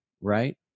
right